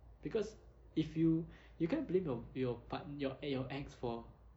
because if you you can't blame your your partne~ your your ex for